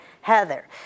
Heather